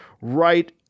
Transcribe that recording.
right